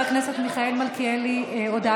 49. הוועדה